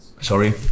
Sorry